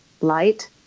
light